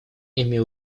ими